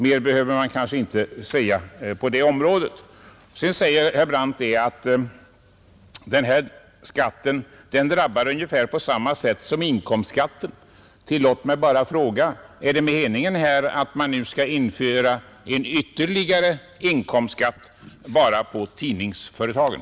Mer behöver man inte säga på detta område. Herr Brandt säger att denna skatt drabbar ungefär på samma sätt som inkomstskatten. Låt mig då bara fråga: Är det meningen att man nu skall införa en ytterligare inkomstskatt bara på tidningsföretagen?